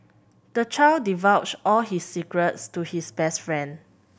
the child divulged all his secrets to his best friend